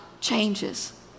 changes